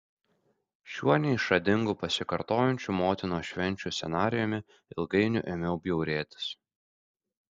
šiuo neišradingu pasikartojančių motinos švenčių scenarijumi ilgainiui ėmiau bjaurėtis